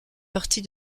partie